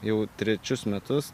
jau trečius metus